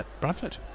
Bradford